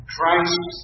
Christ